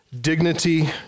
Dignity